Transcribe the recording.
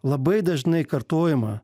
labai dažnai kartojama